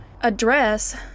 address